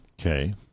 Okay